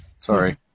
Sorry